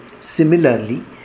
similarly